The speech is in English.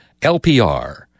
LPR